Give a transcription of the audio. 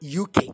UK